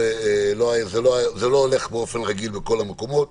זה לא הולך באופן רגיל בכל המקומות,